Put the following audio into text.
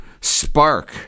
spark